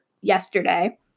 yesterday